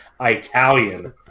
Italian